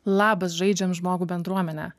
labas žaidžiam žmogų bendruomene